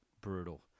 brutal